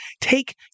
take